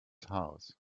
house